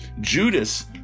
judas